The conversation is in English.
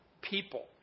people